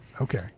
Okay